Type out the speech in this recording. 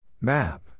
Map